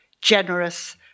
generous